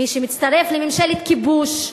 מי שמצטרף לממשלת כיבוש,